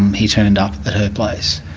um he turned up at her place,